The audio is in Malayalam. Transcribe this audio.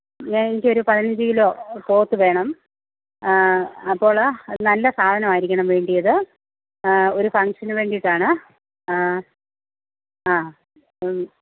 എനിക്കൊരു പതിനഞ്ച് കിലോ പോത്ത് വേണം അപ്പോൾ അത് നല്ല സാധനവായിരിക്കണം വേണ്ടിയത് ഒരു ഫങ്ങ്ഷന് വേണ്ടീട്ടാണ് ആ